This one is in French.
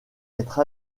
être